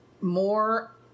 more